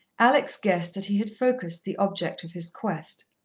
alex guessed that he had focussed the object of his quest.